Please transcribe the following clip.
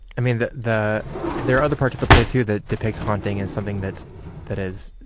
i mean, that that there are other part of the plates here that depict haunting and something that's that is